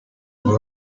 igira